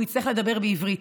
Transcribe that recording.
הוא יצטרך לדבר בעברית,